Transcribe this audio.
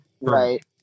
right